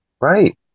Right